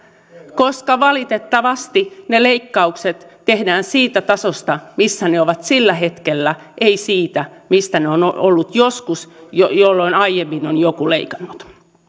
koska valitettavasti ne leikkaukset tehdään siitä tasosta missä ne ovat sillä hetkellä ei siitä missä ne ovat ovat olleet joskus jolloin aiemmin on joku leikannut